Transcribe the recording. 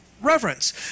reverence